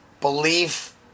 belief